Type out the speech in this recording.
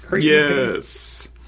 Yes